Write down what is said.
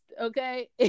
Okay